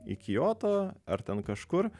į kijoto ar ten kažkur